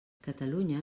catalunya